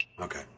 Okay